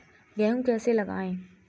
गेहूँ कैसे लगाएँ?